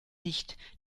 nicht